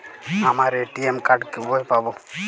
আমার ATM card কবে পাব?